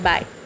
Bye